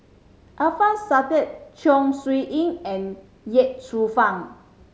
Alfian Sa'at Chong Siew Ying and Ye Shufang